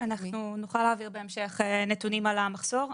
אנחנו נוכל להעביר בהמשך נתונים על המחסור.